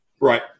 Right